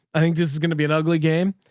i think this is going to be an ugly game.